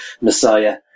messiah